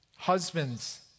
Husbands